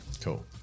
Cool